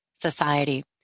society